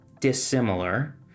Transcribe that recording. dissimilar